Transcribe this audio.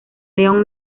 león